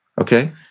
Okay